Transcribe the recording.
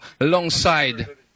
alongside